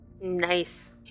Nice